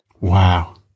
Wow